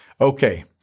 Okay